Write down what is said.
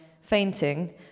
fainting